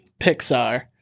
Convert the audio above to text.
Pixar